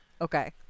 Okay